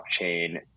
blockchain